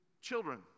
children